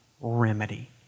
remedy